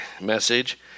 message